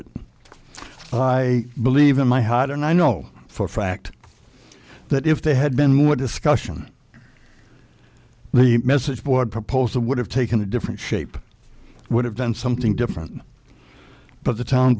it i believe in my heart and i know for fact that if they had been more discussion the message board proposal would have taken a different shape would have been something different but the to